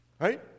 Right